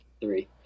Three